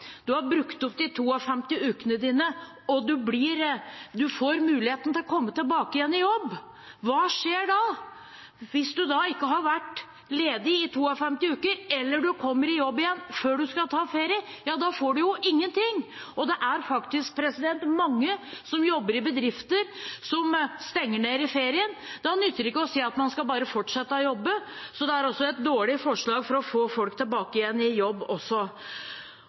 har brukt opp de 52 ukene dine, og man får mulighet til å komme tilbake i jobb – hva skjer da? Hvis man da ikke har vært ledig i 52 uker eller kommer i jobb igjen før man skal ta ferie, får man ingenting. Det er mange som jobber i bedrifter som stenger ned i ferien. Da nytter det ikke å si at man bare skal fortsette å jobbe. Så det er et dårlig forslag for å få folk tilbake i jobb også.